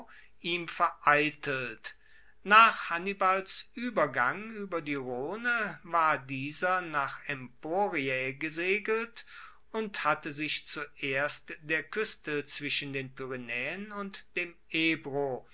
ihm vereitelt nach hannibals uebergang ueber die rhone war dieser nach emporiae gesegelt und hatte sich zuerst der kueste zwischen den pyrenaeen und dem ebro